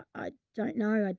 i don't know. but